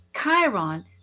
Chiron